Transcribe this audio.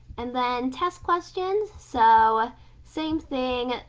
and then test questions, so same thing,